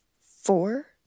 four